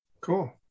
cool